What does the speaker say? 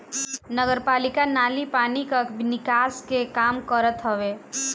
नगरपालिका नाली पानी कअ निकास के काम करत हवे